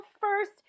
first